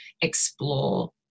explore